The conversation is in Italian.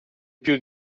più